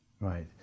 Right